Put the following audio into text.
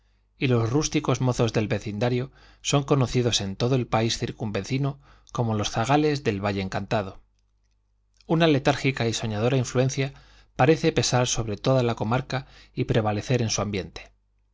y los rústicos mozos del vecindario son conocidos en todo el país circunvecino como los zagales del valle encantado una letárgica y soñadora influencia parece pesar sobre toda la comarca y prevalecer en su ambiente